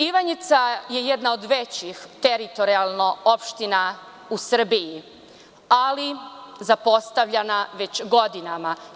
Ivanjica je jedna od teritorijalno većih opština u Srbiji, ali zapostavljena već godinama.